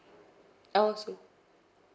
oh so